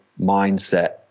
mindset